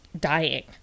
dying